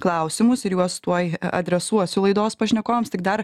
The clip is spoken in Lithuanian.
klausimus ir juos tuoj adresuosiu laidos pašnekovams tik dar